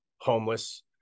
homeless